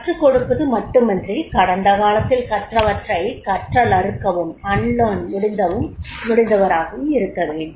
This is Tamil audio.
கற்றுக்கொடுப்பது மட்டுமன்றி கடந்த காலத்தில் கற்றவற்றை கற்றலறுக்கவும் முடிந்தவராக அவர் இருக்கவேண்டும்